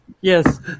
Yes